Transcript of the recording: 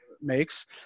makes